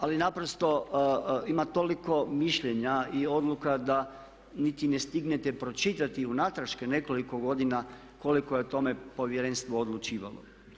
Ali naprosto ima toliko mišljenja i odluka da niti ne stignete pročitati unatraške nekoliko godina koliko je tome Povjerenstvo odlučivalo.